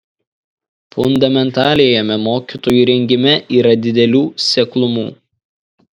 fundamentaliajame mokytojų rengime yra didelių seklumų